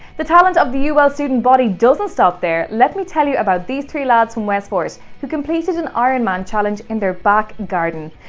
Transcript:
the talent of the ul student body doesn't stop there, let me tell you about these three lads from westport who completed an ironman challenge in their back garden.